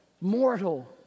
mortal